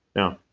now,